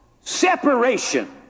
separation